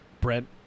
Brent